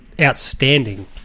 outstanding